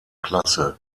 klasse